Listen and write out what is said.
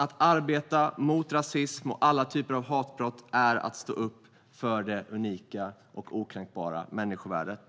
Att arbeta mot rasism och alla typer av hatbrott är att stå upp för det unika och okränkbara människovärdet.